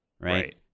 right